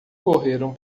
correram